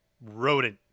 rodent